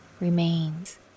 remains